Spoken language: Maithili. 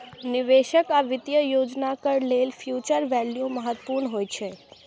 निवेशक आ वित्तीय योजनाकार लेल फ्यूचर वैल्यू महत्वपूर्ण होइ छै